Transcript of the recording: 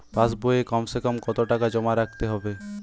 পাশ বইয়ে কমসেকম কত টাকা জমা রাখতে হবে?